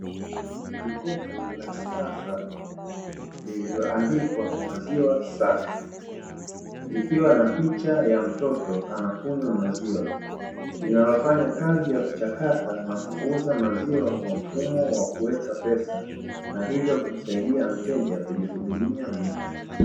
Jokofu la kisasa lililoandikwa maziwa safi, likiwa na picha ya mtoto anakunywa maziwa, linalofanya kazi ya kuchakata na kuuza maziwa na mfumo wa kuweka pesa, hivyo kumsaida mteja kwenye kujihudumia mwenyewe.